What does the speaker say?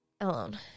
alone